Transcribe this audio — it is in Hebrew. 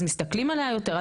אז מסתכלים עליה יותר.